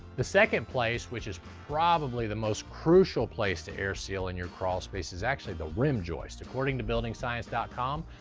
the second place, which is probably the most crucial place to air seal in your crawl space, is actually the rim joist. according to buildingscience com,